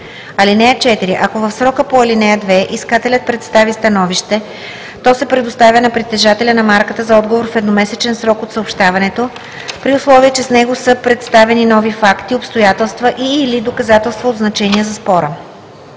(4) Ако в срока по ал. 2 искателят представи становище, то се предоставя на притежателя на марката за отговор в едномесечен срок от съобщаването, при условие че с него са представени нови факти, обстоятелства и/или доказателства от значение за спора.